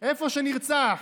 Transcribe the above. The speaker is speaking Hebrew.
היכן שנרצח,